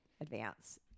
advance